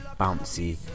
bouncy